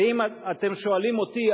ואם אתם שואלים אותי,